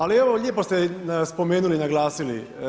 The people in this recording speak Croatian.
Ali evo, lijepo ste spomenuli i naglasili.